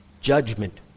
Judgment